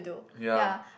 ya